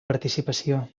participació